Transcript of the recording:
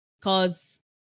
cause